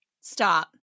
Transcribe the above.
Stop